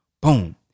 Boom